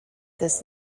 this